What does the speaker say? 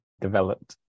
developed